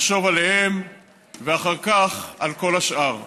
לחשוב עליהם ואחר כך על כל השאר.